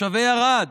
לתושבי ערד,